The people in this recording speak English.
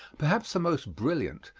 perhaps the most brilliant,